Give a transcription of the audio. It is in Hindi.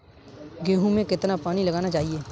गेहूँ में कितना पानी लगाना चाहिए?